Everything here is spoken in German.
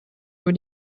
über